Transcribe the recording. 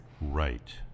Right